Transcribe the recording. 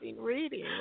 reading